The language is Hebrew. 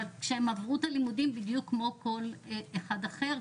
כשהן עברו את הלימודים כמו כל אחד אחר,